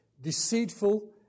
deceitful